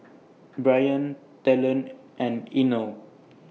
Bryon Talen and Inell